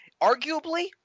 arguably